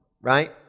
Right